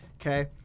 Okay